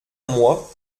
moi